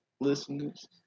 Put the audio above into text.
Listeners